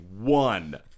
one